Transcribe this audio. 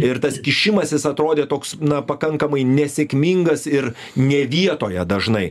ir tas kišimasis atrodė toks na pakankamai nesėkmingas ir ne vietoje dažnai